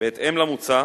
בהתאם למוצע,